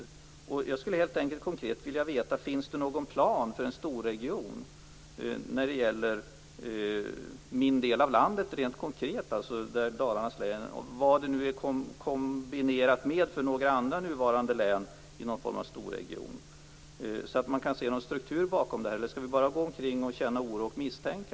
Jag skulle helt enkelt konkret vilja veta: Finns det någon plan för en storregion när det gäller min del av landet, alltså Dalarnas län? Vilka andra nuvarande län är kombinerade i någon form av storregion? Jag skulle vilja kunna se någon struktur bakom det här, eller skall vi bara gå omkring och känna oro och misstänka?